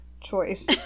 choice